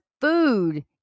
food